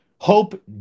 Hope